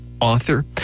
author